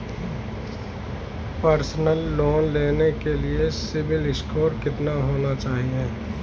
Personal loan लेने के लिए सिबिल स्कोर कितना होना चाहिए?